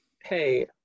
hey